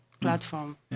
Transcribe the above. platform